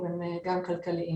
זה גם כלכלי.